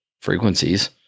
frequencies